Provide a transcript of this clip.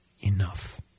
enough